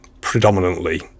predominantly